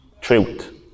truth